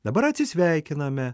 dabar atsisveikiname